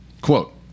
Quote